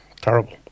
terrible